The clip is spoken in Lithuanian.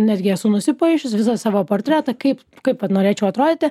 netgi esu nusipaišius visą savo portretą kaip kaip vat norėčiau atrodyti